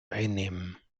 einnehmen